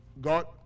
God